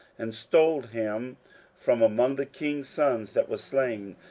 and stole him from among the king's sons that were slain,